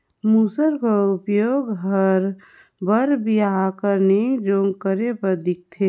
मूसर कर उपियोग हर बर बिहा कर नेग जोग करे बर दिखथे